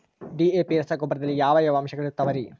DAP ರಸಗೊಬ್ಬರದಲ್ಲಿ ಯಾವ ಯಾವ ಅಂಶಗಳಿರುತ್ತವರಿ?